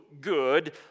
good